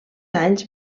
anys